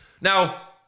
Now